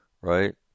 right